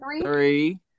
three